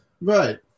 Right